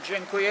Dziękuję.